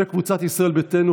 קבוצת סיעת ישראל ביתנו,